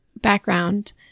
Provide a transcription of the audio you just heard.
background